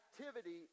activity